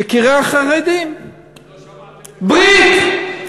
יקירי החרדים, ברית.